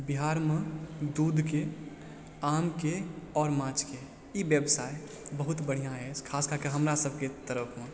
बिहारमे दूधके आमके आओर माछके ई व्यवसाय बहुत बढ़िआँ अछि खास कऽ कऽ हमरा सबके तरफमे